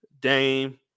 Dame